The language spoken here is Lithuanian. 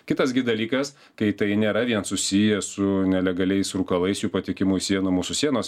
kitas gi dalykas kai tai nėra vien susiję su nelegaliais rūkalais jų patekimu į sienų mūsų sienos